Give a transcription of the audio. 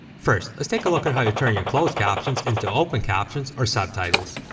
first, lets take a look at how to turn your closed captions into open captions, or subtitles.